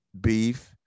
beef